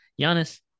Giannis